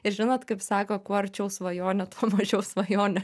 ir žinot kaip sako kuo arčiau svajonė tuo mažiau svajonė